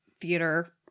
theater